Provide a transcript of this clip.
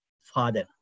father